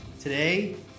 Today